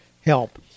Help